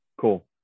cool